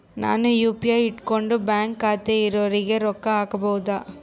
ನಾನು ಯು.ಪಿ.ಐ ಇಟ್ಕೊಂಡು ಬ್ಯಾಂಕ್ ಖಾತೆ ಇರೊರಿಗೆ ರೊಕ್ಕ ಹಾಕಬಹುದಾ?